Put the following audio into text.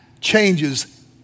changes